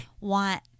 want